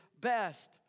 best